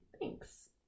Thanks